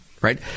right